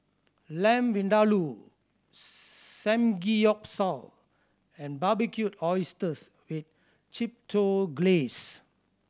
Lamb Vindaloo Samgeyopsal and Barbecued Oysters with Chipotle Glaze